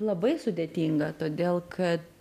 labai sudėtinga todėl kad